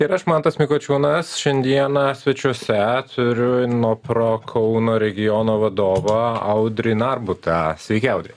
ir aš mantas mikučiūnas šiandieną svečiuose turiu no pro kauno regiono vadovą audrį narbutą sveiki audri